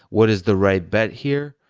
what is the right bet here?